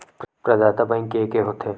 प्रदाता बैंक के एके होथे?